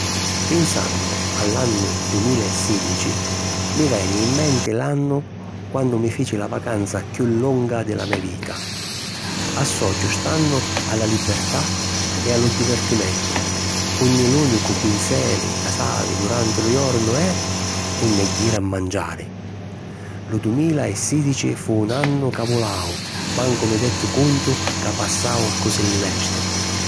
Pinsannu a l'annu dumila e sìdici, mi veni in menti l'annu quannu mi fici la vacanza chiù longa di la me vita. Associu st'annu a la libertà e a lu divirtimentu unni l'ùnicu pinseri ca s'havi duranti lu jornu è: unni jiri a manciari. Lu dumila e sìdici fu un annu ca vulàu, mancu mi detti cuntu ca passàu accussì lestu.